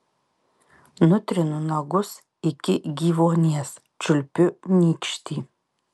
nutrinu nagus iki gyvuonies čiulpiu nykštį